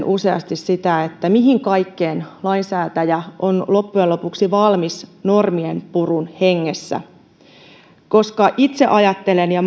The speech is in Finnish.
useasti sitä mihin kaikkeen lainsäätäjä on loppujen lopuksi valmis normienpurun hengessä koska itse ajattelen ja